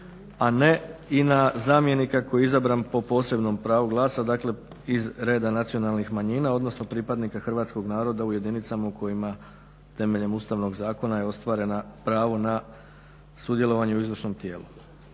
a ne i na zamjenika koji je izabran po posebnom pravu glasa. Dakle, iz reda nacionalnih manjina, odnosno pripadnika hrvatskog naroda u jedinicama u kojima temeljem Ustavnog zakona je ostvarena pravo na sudjelovanje u izvršnom tijelu.